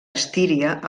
estíria